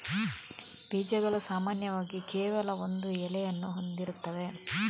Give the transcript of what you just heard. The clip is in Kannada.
ಬೀಜಗಳು ಸಾಮಾನ್ಯವಾಗಿ ಕೇವಲ ಒಂದು ಎಲೆಯನ್ನು ಹೊಂದಿರುತ್ತವೆ